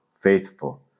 faithful